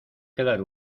quedar